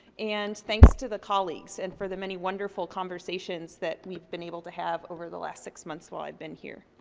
and thanks to the colleagues, and for the many wonderful conversations that we've been able to have over the last six months while i've been here.